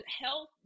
health